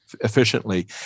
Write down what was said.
efficiently